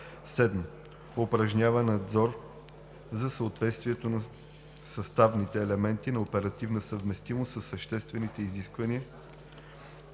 2; 7. упражнява надзор за съответствието на съставните елементи на оперативна съвместимост със съществените изисквания,